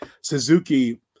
Suzuki